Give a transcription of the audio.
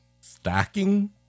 stacking